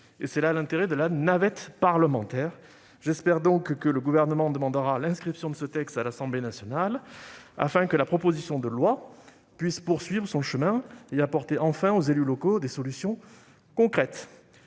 C'est là tout l'intérêt de la navette parlementaire. Aussi, j'espère que le Gouvernement demandera l'inscription de ce texte à l'ordre du jour de l'Assemblée nationale, afin que la proposition de loi puisse poursuivre son chemin et apporter enfin aux élus locaux des solutions concrètes.